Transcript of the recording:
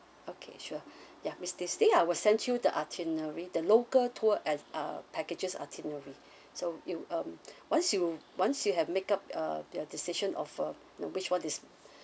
okay sure ya miss stacy I'll send you the itinerary the local tour and uh packages itinerary so you um once you once you have make up uh the decision of uh which one is